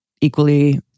equally